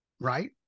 right